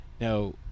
Now